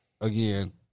again